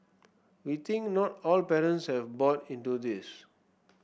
we think not all parents have bought into this